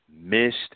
missed